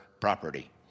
property